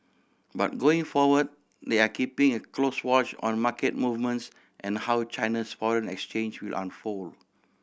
but going forward they are keeping a close watch on market movements and how China's foreign exchange will unfold